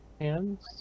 hands